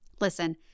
Listen